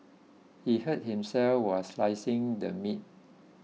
he hurt himself while slicing the meat